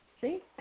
See